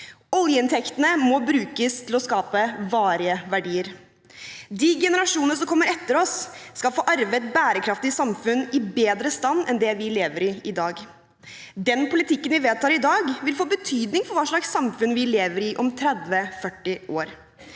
Oljeinntektene må brukes til å skape varige verdier. De generasjonene som kommer etter oss, skal få arve et bærekraftig samfunn i bedre stand enn det vi lever i i dag. Den politikken vi vedtar i dag, vil få betydning for hva slags samfunn vi lever i om 30–40 år.